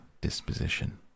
disposition